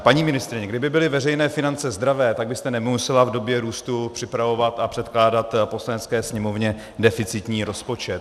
Paní ministryně, kdyby byly veřejné finance zdravé, tak byste nemusela v době růstu připravovat a předkládat Poslanecké sněmovně deficitní rozpočet.